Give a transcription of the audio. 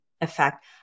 effect